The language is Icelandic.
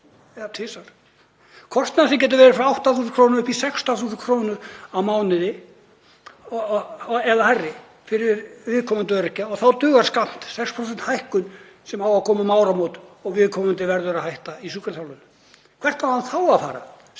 eða tvisvar? Kostnaður sem getur verið frá 8.000 kr. upp í 16.000 kr. á mánuði eða hærri fyrir viðkomandi öryrkja. Og þá dugar skammt 6% hækkun sem á að koma um áramót og viðkomandi verður að hætta í sjúkraþjálfun. Hvert á hann þá að fara